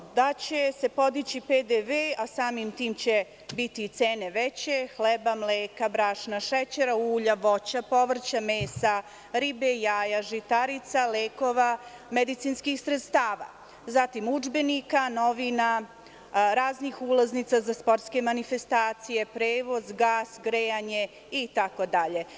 Podići će se PDV, a samim tim će biti i veće cene hleba, mleka, brašna, šećera, ulja, voća, povrća, mesa, ribe, jaja, žitarica, lekova, medicinskih sredstava, udžbenika, novina, raznih ulaznica za sportske manifestacije, prevoz, gas, grejanje itd.